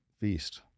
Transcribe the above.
feast